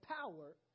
power